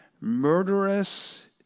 murderous